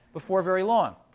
before very long.